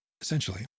essentially